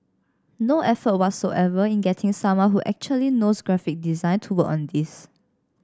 no effort whatsoever in getting someone who actually knows graphic design to work on this